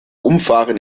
umfahren